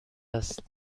است